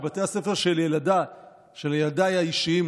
בבתי הספר של ילדיי האישיים,